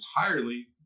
entirely